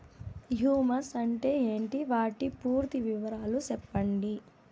Humus అంటే ఏంటి? వాటి పూర్తి వివరాలు సెప్పండి?